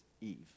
Eve